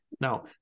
Now